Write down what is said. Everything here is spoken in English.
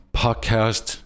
podcast